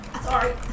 Sorry